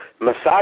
Massage